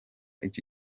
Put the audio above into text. iki